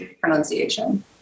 pronunciation